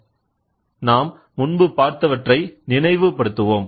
எனவே நாம் முன்பு பார்த்தவற்றை நினைவுப்படுத்துவோம்